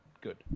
Good